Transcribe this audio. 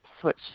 switch